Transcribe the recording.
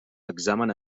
examen